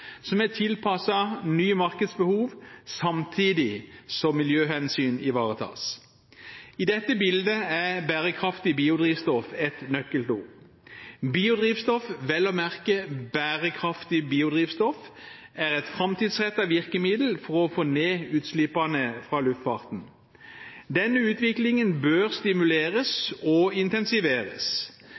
som er tilpasset nye markedsbehov, samtidig som miljøhensyn ivaretas. I dette bildet er bærekraftig biodrivstoff et nøkkelord. Biodrivstoff, vel og merke bærekraftig biodrivstoff, er et framtidsrettet virkemiddel for å få ned utslippene fra luftfarten. Denne utviklingen bør stimuleres og intensiveres.